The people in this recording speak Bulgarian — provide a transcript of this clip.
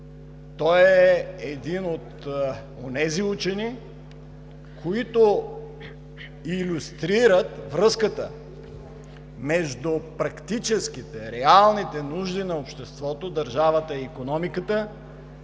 той е един от онези учени, които илюстрират връзката между практическите, реалните нужди на обществото, държавата и икономиката,